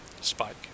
Spike